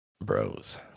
bros